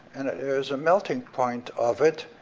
and there is a melting point of it.